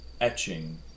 etching